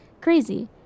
crazy